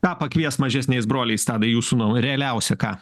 ką pakvies mažesniais broliais tadai jūsų nuomone realiausią ką